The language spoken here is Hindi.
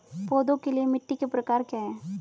पौधों के लिए मिट्टी के प्रकार क्या हैं?